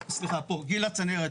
שאמרתי, גיל הצנרת,